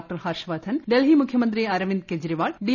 ക്ട്ർഷ്വർധൻ ഡൽഹി മുഖ്യമന്ത്രി അരവിന്ദ് കേജ്രിവാൾ ഡ്ടി